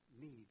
need